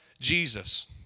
Jesus